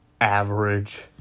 average